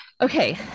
Okay